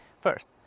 First